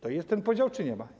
To jest ten podział czy go nie ma?